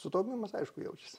sutaupymas aišku jaučiasi